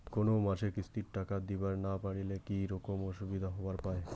কোনো মাসে কিস্তির টাকা দিবার না পারিলে কি রকম অসুবিধা হবার পায়?